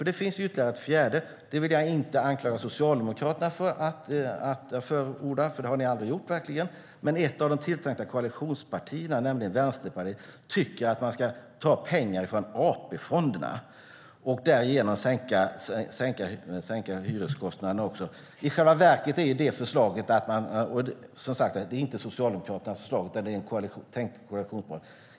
Det finns ett fjärde förslag, men det vill jag inte anklaga Socialdemokraterna för att förorda. Det har ni aldrig gjort, men ett av de tilltänkta koalitionspartierna, nämligen Vänsterpartiet, tycker att man ska ta pengar från AP-fonderna och därigenom sänka hyreskostnaderna. Som sagt är det inte Socialdemokraternas förslag utan ett förslag från ett tänkt koalitionsparti.